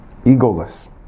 egoless